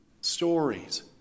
stories